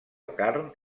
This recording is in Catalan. carn